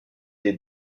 des